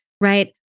right